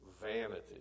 vanity